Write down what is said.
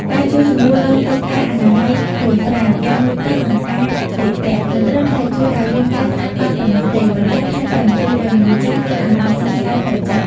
ការជួយសម្រួលដល់កិច្ចការអនាម័យខ្លួនប្រាណ ការងូតទឹក និងការស្លៀកពាក់ មិនត្រឹមតែជួយឱ្យរាងកាយស្អាតបាតប៉ុណ្ណោះទេ ប៉ុន្តែថែមទាំងជួយឱ្យមនុស្សចាស់មានអារម្មណ៍ស្រស់ស្រាយផ្លូវចិត្ត។